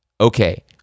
Okay